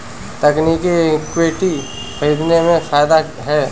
तकनीकी इक्विटी खरीदने में फ़ायदा है